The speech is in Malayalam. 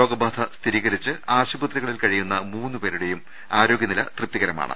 രോഗബാധ സ്ഥിരീകരിച്ച് ആശുപത്രികളിൽ കഴിയുന്ന മൂന്നുപേരുടെയും ആരോഗൃനില തൃപ്തികരമാണ്